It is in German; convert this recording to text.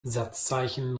satzzeichen